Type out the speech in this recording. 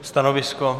Stanovisko?